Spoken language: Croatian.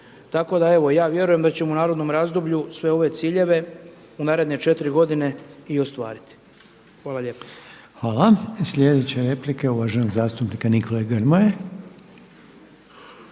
Tako da evo ja vjerujem da ćemo u narednom razdoblju sve ove ciljeve u naredne četiri godine i ostvariti. Hvala lijepo. **Reiner, Željko (HDZ)** Hvala. I sljedeća replika je uvaženog zastupnika Nikole Grmoje.